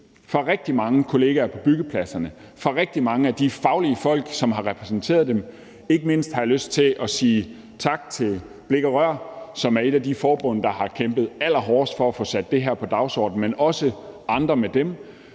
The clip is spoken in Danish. for rigtig mange kollegaer på byggepladserne og for rigtig mange af de faglige folk, som har repræsenteret dem. Ikke mindst har jeg lyst til at sige tak til Blik og Rør, som er et af de forbund, der har kæmpet allerhårdest for at få sat det her på dagsordenen, men også andre med dem.